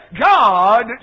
God